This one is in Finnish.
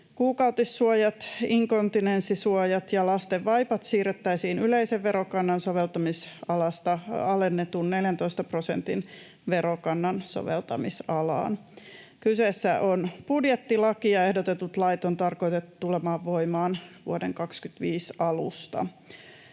Kuukautissuojat, inkontinenssisuojat ja lasten vaipat siirrettäisiin yleisen verokannan soveltamisalasta alennetun 14 prosentin verokannan soveltamisalaan. Kyseessä on budjettilaki, ja ehdotetut lait on tarkoitettu tulemaan voimaan vuoden 25 alusta.